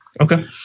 Okay